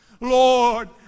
Lord